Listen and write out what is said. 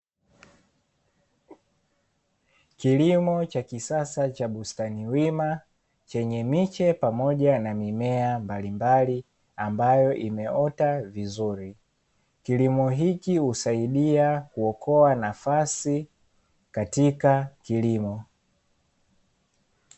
Kilimo cha kisasa cha bustani wima, chenye miche pamoja na mimea mbalimbali ambayo imeota vizuri. Kilimo hiki husaidia kuokoa nafasi katika kilimo.